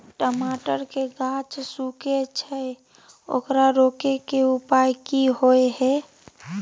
टमाटर के गाछ सूखे छै ओकरा रोके के उपाय कि होय है?